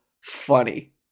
funny